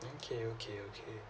okay okay okay